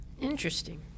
Interesting